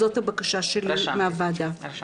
זאת הבקשה שלי מהוועדה.